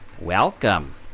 Welcome